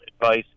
advice